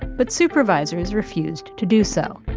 but supervisors refused to do so